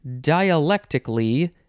Dialectically